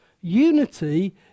Unity